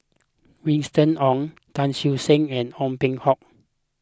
Winston Oh Tan Siew Sin and Ong Peng Hock